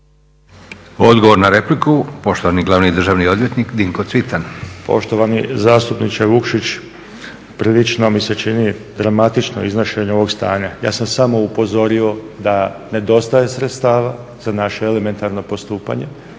Odgovor na repliku poštovani glavni državni odvjetnik Dinko Cvitan. **Cvitan, Dinko** Poštovani zastupniče Vukšić, prilično mi se čini dramatično iznošenje ovog stanja. Ja sam samo upozorio da nedostaje sredstava za naše elementarno postupanje.